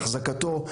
אחזקתו,